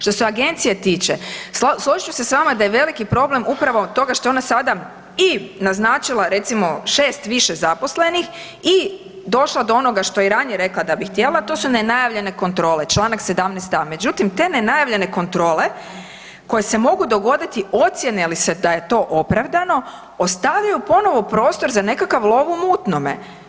Što se Agencije tiče, složit ću se s vama da je veli problem upravo kod toga što je ona sada i naznačila, recimo 6 više zaposlenih i došla do onoga što je i ranije rekla da bi htjela, to su nenajavljene kontrole čl. 17a. Međutim, te nenajavljene kontrole koje se mogu dogoditi ocijene li se da je to opravdano ostavio ponovo prostor za nekakav lov u mutnome.